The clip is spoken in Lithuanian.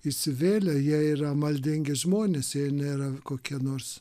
įsivėlę jie yra maldingi žmonės jei nėra kokia nors